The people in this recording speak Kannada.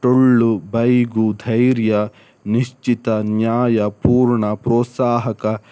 ಟೊಳ್ಳು ಬೈಗು ಧೈರ್ಯ ನಿಶ್ಚಿತ ನ್ಯಾಯ ಪೂರ್ಣ ಪ್ರೋತ್ಸಾಹಕ